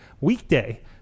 weekday